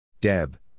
Deb